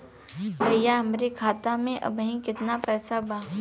भईया हमरे खाता में अबहीं केतना पैसा बा?